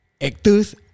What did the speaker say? Actors